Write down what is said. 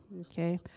Okay